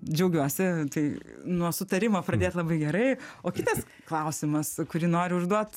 džiaugiuosi tai nuo sutarimo pradėt labai gerai o kitas klausimas kurį noriu užduot